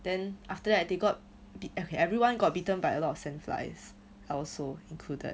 then after that they got everyone got bitten by a lot of sand flies I also included